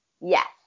yes